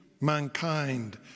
mankind